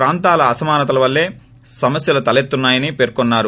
ప్రాంతీయ అసమానతల వల్లే సమస్యలు తలెత్తుతున్నా యని పేర్కొన్నారు